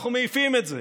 אנחנו מעיפים את זה.